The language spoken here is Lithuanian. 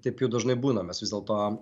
taip jau dažnai būna mes vis dėlto